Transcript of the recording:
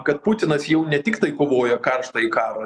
kad putinas jau ne tiktai kovoja karštąjį karą